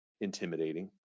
intimidating